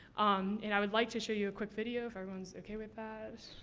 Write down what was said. um and, i would like to show you a quick video, if everyone's okay with that.